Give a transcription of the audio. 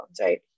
right